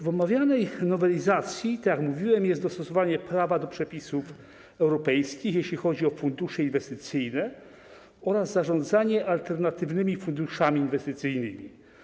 W omawianej nowelizacji, tak jak mówiłem, jest dostosowanie prawa do przepisów europejskich, jeśli chodzi o fundusze inwestycyjne oraz zarządzanie alternatywnymi funduszami inwestycyjnymi.